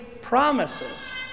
promises